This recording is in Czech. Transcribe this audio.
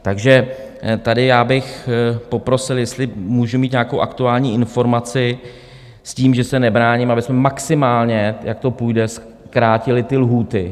Takže tady já bych poprosil, jestli můžu mít nějakou aktuální informaci, s tím, že se nebráním, abychom maximálně, jak to půjde, zkrátili ty lhůty.